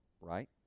right